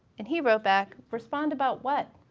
and he wrote back respond about what?